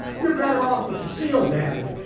you're better off with the sealed battery,